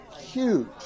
huge